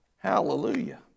Hallelujah